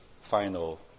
final